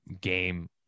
game